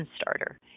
starter